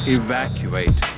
evacuate